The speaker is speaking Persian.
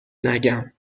نگم